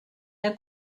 der